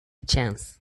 chance